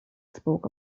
spoke